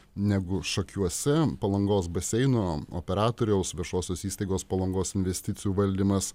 negu šakiuose palangos baseino operatoriaus viešosios įstaigos palangos investicijų valdymas